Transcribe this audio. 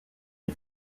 les